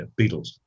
beatles